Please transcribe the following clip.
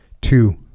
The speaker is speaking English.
Two